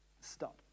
stop